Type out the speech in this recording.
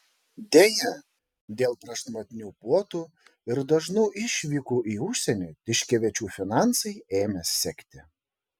deja dėl prašmatnių puotų ir dažnų išvykų į užsienį tiškevičių finansai ėmė sekti